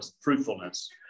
fruitfulness